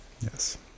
Yes